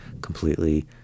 completely